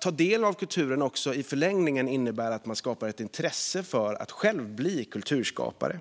tar del av kulturen innebär i förlängningen också att det skapas ett intresse för att själv bli kulturskapare.